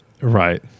Right